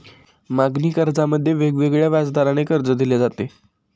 मागणी कर्जामध्ये वेगवेगळ्या व्याजदराने कर्ज दिले जाते